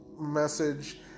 message